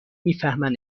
میفهمن